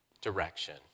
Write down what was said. direction